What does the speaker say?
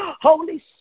Holy